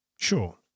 Sure